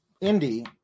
Indy